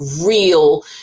real